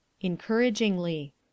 encouragingly